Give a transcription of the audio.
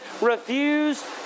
refused